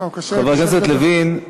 חבר הכנסת לוין,